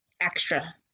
extra